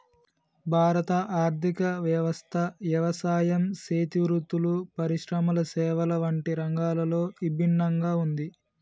భారత ఆర్థిక వ్యవస్థ యవసాయం సేతి వృత్తులు, పరిశ్రమల సేవల వంటి రంగాలతో ఇభిన్నంగా ఉంది